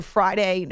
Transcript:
Friday